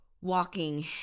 walking